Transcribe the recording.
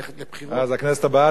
ואז הכנסת הבאה תכריע.